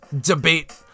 debate